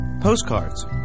postcards